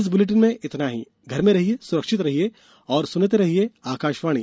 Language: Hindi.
इस बुलेटिन में इतना ही घर में रहिये सुरक्षित रहिये और सुनते रहिये आकाशवाणी